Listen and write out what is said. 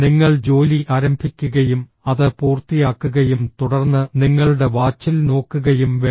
നിങ്ങൾ ജോലി ആരംഭിക്കുകയും അത് പൂർത്തിയാക്കുകയും തുടർന്ന് നിങ്ങളുടെ വാച്ചിൽ നോക്കുകയും വേണം